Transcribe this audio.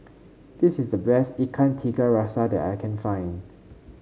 this is the best Ikan Tiga Rasa that I can find